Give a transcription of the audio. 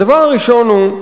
הדבר הראשון הוא: